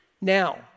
now